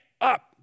up